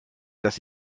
dass